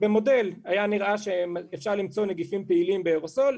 במודל היה נראה שאפשר למצוא נגיפים פעילים באירוסול,